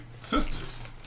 sisters